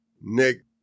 Nick